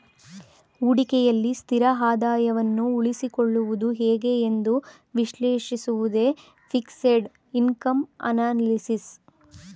ಹೂಡಿಕೆಯಲ್ಲಿ ಸ್ಥಿರ ಆದಾಯವನ್ನು ಉಳಿಸಿಕೊಳ್ಳುವುದು ಹೇಗೆ ಎಂದು ವಿಶ್ಲೇಷಿಸುವುದೇ ಫಿಕ್ಸೆಡ್ ಇನ್ಕಮ್ ಅನಲಿಸಿಸ್